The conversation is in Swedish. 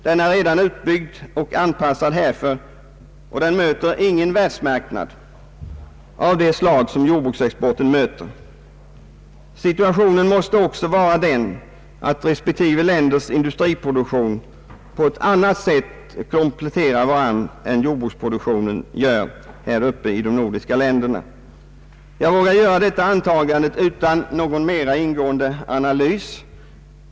Den är redan uppbyggd och anpassad härför och möter ingen världsmarknad av det slag som jordbruksexporten möter. Situationen måste också vara den att respektive länders industriproduktion kompletterar varandra på ett annat sätt än jordbruksproduktionen i de nordiska länderna. Jag vågar göra det antagandet utan någon mera ingående analys.